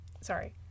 Sorry